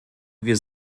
wir